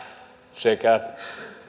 sekä